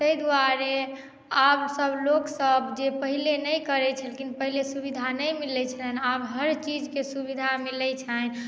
तहि दुआरे आब सभ लोकसभ जे पहिने नहि करैत छलखिन पहिले सुविधा नहि मिलैत छलनि आब हर चीजके सुविधा मिलैत छनि